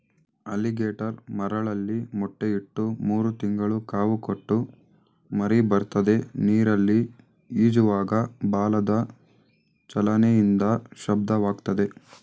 alligator ಮರಳಲ್ಲಿ ಮೊಟ್ಟೆ ಇಟ್ಟು ಮೂರು ತಿಂಗಳು ಕಾವು ಕೊಟ್ಟು ಮರಿಬರ್ತದೆ ನೀರಲ್ಲಿ ಈಜುವಾಗ ಬಾಲದ ಚಲನೆಯಿಂದ ಶಬ್ದವಾಗ್ತದೆ